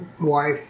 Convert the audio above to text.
wife